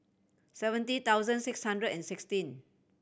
seventy thousand six hundred and sixteen